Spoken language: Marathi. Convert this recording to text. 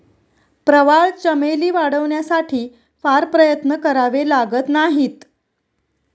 प्रवाळ चमेली वाढवण्यासाठी फार प्रयत्न करावे लागत नाहीत